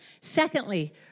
Secondly